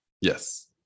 Yes